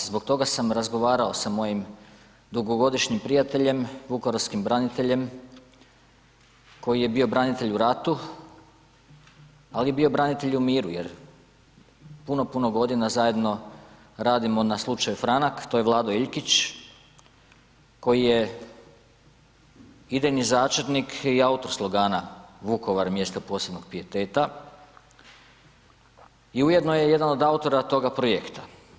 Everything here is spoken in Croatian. Zbog toga sam razgovarao sa mojim dugogodišnjim prijateljem vukovarskim braniteljem koji je bio branitelj u ratu, ali je bio branitelj i u miru jer puno, puno godina zajedno radimo na slučaju Franak, to je Vlado Iljkić koji je idejni začetnik i autor slogana „Vukovar mjesto posebnog pijeteta“ i ujedno je jedan od autora toga projekta.